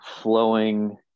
flowing